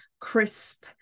crisp